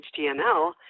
html